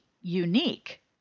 unique